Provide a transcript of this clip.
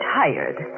tired